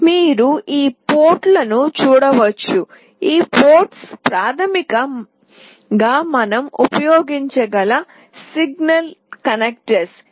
మీరు ఈ పోర్టులను చూడవచ్చు ఈ పోర్టులు ప్రాథమికంగా మనం ఉపయోగించగల సిగ్నల్ కనెక్టర్లు